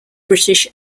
british